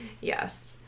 Yes